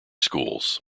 schools